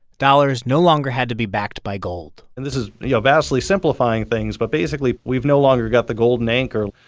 dollars no longer had to be backed by gold and this is, you know, vastly simplifying things, but basically, we've no longer got the golden anchor.